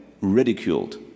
ridiculed